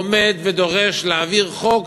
עומד ודורש להעביר חוק,